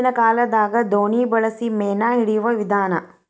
ಹಿಂದಿನ ಕಾಲದಾಗ ದೋಣಿ ಬಳಸಿ ಮೇನಾ ಹಿಡಿಯುವ ವಿಧಾನಾ